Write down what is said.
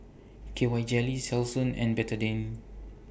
K Y Jelly Selsun and Betadine